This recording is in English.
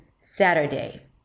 Saturday